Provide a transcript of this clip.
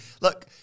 Look